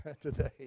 today